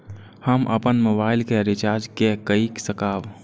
हम अपन मोबाइल के रिचार्ज के कई सकाब?